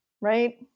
right